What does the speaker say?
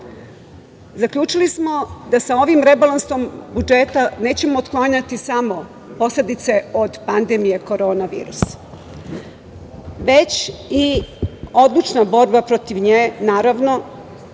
Srbije. Zaključili smo da sa ovim rebalansom budžeta nećemo otklanjati samo posledice od pandemije korona virusa, već i obična borba protiv nje. Naravno,